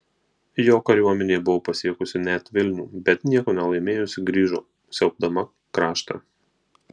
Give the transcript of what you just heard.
jo kariuomenė buvo pasiekusi net vilnių bet nieko nelaimėjusi grįžo siaubdama kraštą